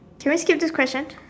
can we skip this question